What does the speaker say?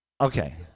okay